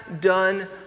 done